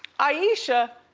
ayesha